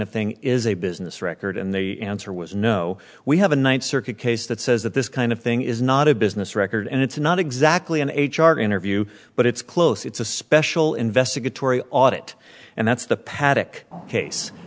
of thing is a business record and the answer was no we have a ninth circuit case that says that this kind of thing is not a business record and it's not exactly an h r interview but it's close it's a special investigatory audit and that's the patrick case